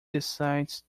decides